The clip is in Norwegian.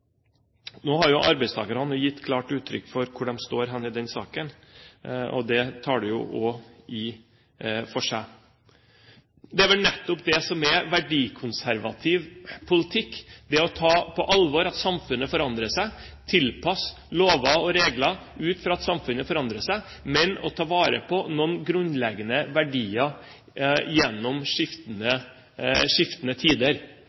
Nå har jo arbeidstakerne gitt klart uttrykk for hvor de står i den saken. Det taler også for seg. Det er vel nettopp det som er verdikonservativ politikk, å ta på alvor at samfunnet forandrer seg, å tilpasse lover og regler ut fra at samfunnet forandrer seg, men å ta vare på noen grunnleggende verdier gjennom skiftende tider.